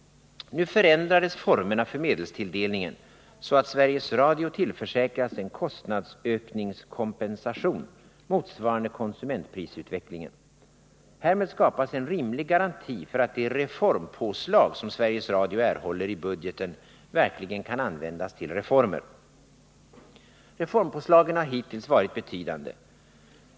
Formerna för medelstilldelningen förändrades så att Sveriges Radio tillförsäkras en kostnadsökningskompensation motsvarande konsumentprisutvecklingen. Härmed skapas en rimlig garanti för att de reformpåslag som Sveriges Radio erhåller i budgeten verkligen kan användas till reformer. Reformpåslagen har hittills varit betydande.